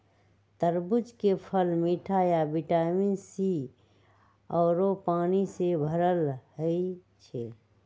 तरबूज के फल मिठ आ विटामिन सी आउरो पानी से भरल होई छई